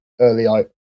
early